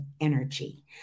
energy